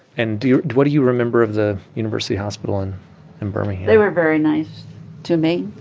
and do you what do you remember of the university hospital and in birmingham? they were very nice to me.